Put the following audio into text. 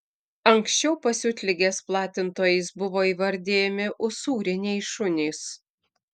anksčiau pasiutligės platintojais buvo įvardijami usūriniai šunys